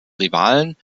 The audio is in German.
rivalen